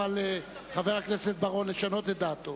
לחבר הכנסת בר-און לשנות את דעתו.